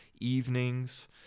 evenings